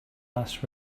last